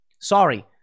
Sorry